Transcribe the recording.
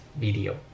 video